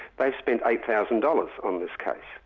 they've spent eight thousand dollars on this case.